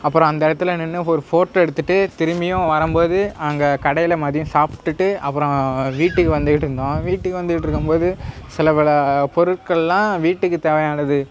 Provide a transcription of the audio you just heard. அப்புறம் அந்த இடத்துல நின்று ஒரு ஃபோட்டோ எடுத்துகிட்டு திரும்பியும் வரும் போது அங்க கடையில் மதியம் சாப்பிடுட்டு அப்புறம் வீட்டுக்கு வந்துகிட்டு இருந்தோம் வீட்டுக்கு வந்துட்டு இருக்கும் போது சில பல பொருட்கள்லாம் வீட்டுக்கு தேவையானது